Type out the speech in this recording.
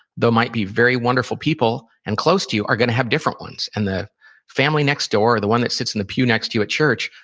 though, might be very wonderful people, and close to you, are going to have different ones. and the family next door or the one that sits in the pew next to you at church.